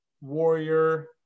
warrior